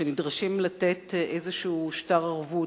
שנדרשים לתת איזשהו שטר ערבות,